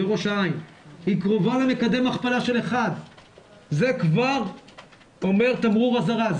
היא קרובה למקדם הכפלה של 1. זה כבר אומר תמרור אזהרה.